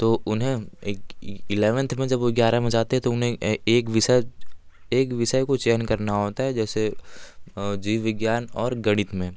तो उन्हें इलेवेन्थ में जब वो ग्यारह में जाते हैं तो एक विषय एक विषय को चयन करना होता है जैसे जीव विज्ञान और गणित में